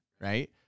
right